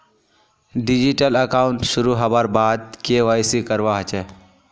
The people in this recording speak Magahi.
डिजिटल अकाउंट शुरू हबार बाद के.वाई.सी करवा ह छेक